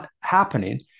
happening